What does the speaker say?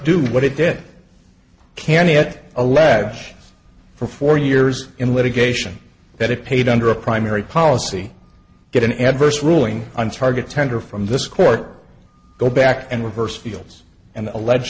do what it did can it allege for four years in litigation that it paid under a primary policy get an adverse ruling on target tender from this court go back and reverse fields and allege